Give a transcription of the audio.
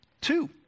two